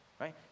right